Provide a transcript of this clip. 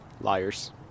Liars